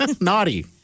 Naughty